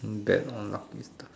bet on lucky star